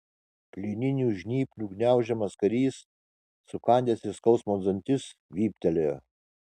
plieninių žnyplių gniaužiamas karys sukandęs iš skausmo dantis vyptelėjo